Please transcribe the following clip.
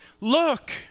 look